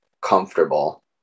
comfortable